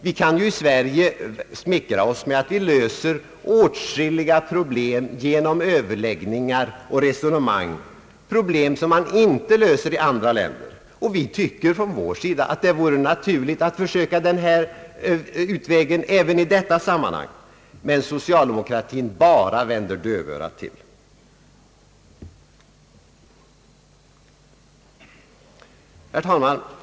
Vi kan i Sverige smickra oss med att lösa åtskilliga problem genom överläggningar och resonemang — problem som man inte löser i andra länder — och därför borde det vara naturligt att försöka den här utvägen även i detta sammanhang. Men socialdemokratin bara slår dövörat till. Herr talman!